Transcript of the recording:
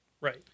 Right